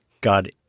God